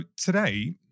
today